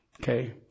Okay